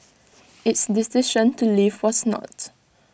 its decision to leave was not